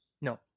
no